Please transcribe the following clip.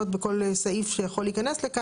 למשל בסעיף קטן (ט)